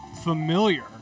familiar